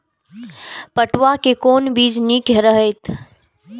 पटुआ के कोन बीज निक रहैत?